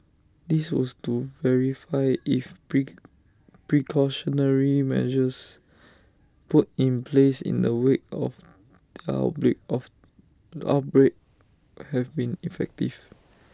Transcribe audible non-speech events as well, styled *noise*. this was to verify if *unintelligible* precautionary measures put in place in the wake of *noise* the outbreak of outbreak have been effective